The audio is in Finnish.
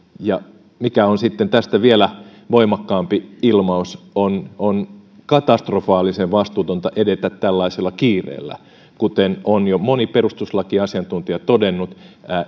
mikä on sitten tästä vielä voimakkaampi ilmaus on on katastrofaalisen vastuutonta edetä tällaisella kiireellä kuten on jo moni perustuslakiasiantuntija todennut